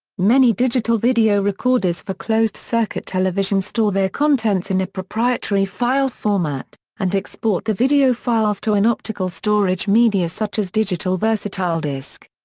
many digital video recorders for closed-circuit television store their contents in a proprietary file format, and export the video files to an optical storage media such as digital versatile disc.